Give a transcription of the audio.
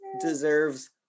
deserves